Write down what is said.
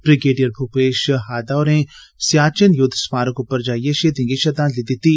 brigadier Bhupesh Hada होरें सियाचिन युद्ध स्मारक उप्पर जाइयै शहीदें गी श्रद्धाजलि दित्ती